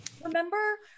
remember